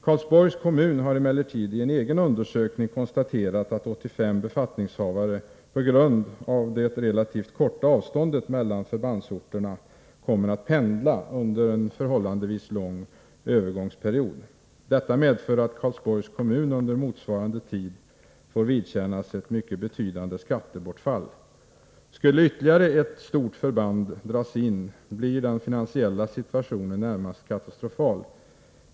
Karlsborgs kommun har emellertid i en egen undersökning konstaterat att 85 befattningshavare, på grund av det relativt korta avståndet mellan förbandsorterna, kommer att pendla under en förhållandevis lång övergångsperiod. Detta medför att Karlsborgs kommun under motsvarande tid får vidkännas ett mycket betydande skattebortfall. Skulle ytterligare ett stort förband dras in, blir den finansiella situationen närmast katastrofal.